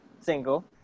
single